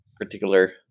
particular